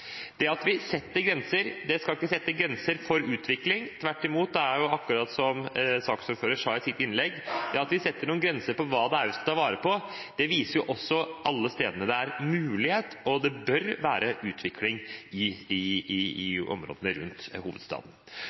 Det at vi setter grenser, skal ikke sette grenser for utvikling. Tvert imot, det er akkurat som saksordføreren sa i sitt innlegg: Det at vi setter noen grenser for hva vi skal ta vare på, det viser jo også alle stedene det er mulighet for utvikling – og det bør være utvikling i områdene rundt hovedstaden.